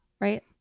Right